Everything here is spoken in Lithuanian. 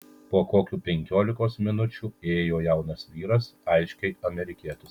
po kokių penkiolikos minučių įėjo jaunas vyras aiškiai amerikietis